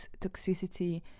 toxicity